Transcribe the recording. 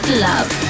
Love